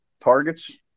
targets